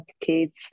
kids